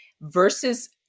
Versus